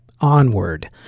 onward